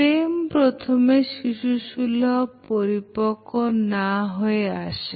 প্রেম প্রথমে শিশুসুলভ পরিপক্ক না হয় আসে